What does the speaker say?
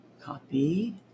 Copy